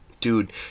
Dude